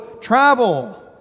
travel